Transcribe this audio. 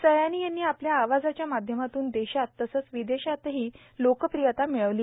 सयानी यांनी आपल्या आवाजाच्या माध्यमातून देशात तसंच विदेशातही लोकप्रियता र्मिर्ळावली